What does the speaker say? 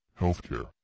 healthcare